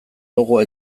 logoa